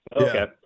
Okay